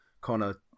Connor